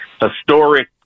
historic